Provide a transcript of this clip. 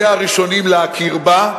הראשונים להכיר בה,